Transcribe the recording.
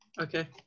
Okay